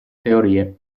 teorie